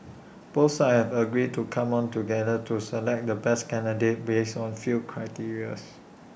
both sides have agreed to come on together to select the best candidates based on few criteria